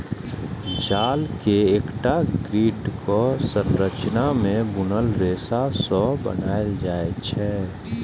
जाल कें एकटा ग्रिडक संरचना मे बुनल रेशा सं बनाएल जाइ छै